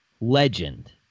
legend